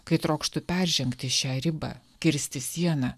kai trokštu peržengti šią ribą kirsti sieną